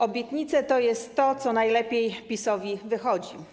Obietnice to jest to, co najlepiej PiS-owi wychodzi.